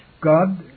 God